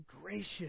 gracious